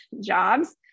jobs